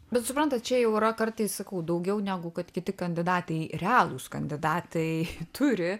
bet suprantat čia jau yra kartais sakau daugiau negu kad kiti kandidatai realūs kandidatai turi